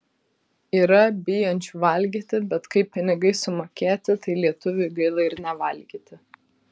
yra bijančiųjų valgyti bet kai pinigai sumokėti tai lietuviui gaila ir nevalgyti